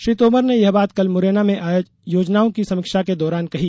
श्री तोमर ने यह बात कल मुरैना में योजनाओं की समीक्षा के दौरान कही